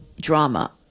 drama